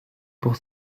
pour